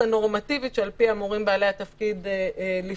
הנורמטיבית שעל פיה אמורים בעלי התפקיד לפעול.